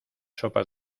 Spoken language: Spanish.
sopas